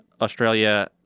Australia-